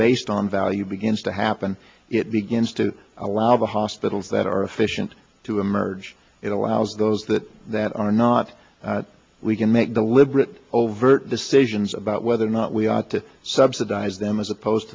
based on value begins to happen it begins to allow the hospitals that are efficient to emerge it allows those that that are not we can make the liberal overt decisions about whether or not we ought to subsidize them as opposed